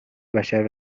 بشر